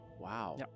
Wow